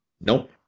Nope